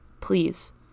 please